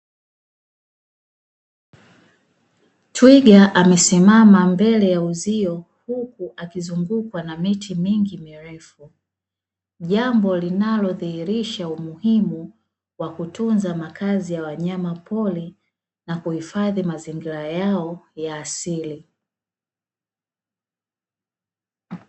Twiga amesimama mbele ya uzio huku akizungumza na miti mingi mirefu, jambo linalodhihirisha umuhimu wa kutunza makazi ya wanyama pori na kuhifadhi mazingira yao ya asili